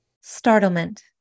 Startlement